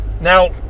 Now